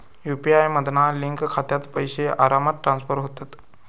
UPI मधना link खात्यात पैशे आरामात ट्रांसफर होतत